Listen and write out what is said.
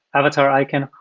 avatar icon,